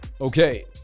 okay